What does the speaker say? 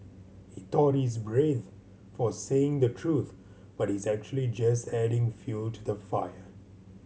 he thought he's brave for saying the truth but he's actually just adding fuel to the fire